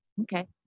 Okay